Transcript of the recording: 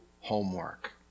homework